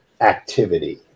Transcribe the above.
activity